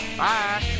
bye